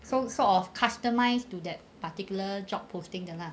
so sort of customised to that particular job posting 的 lah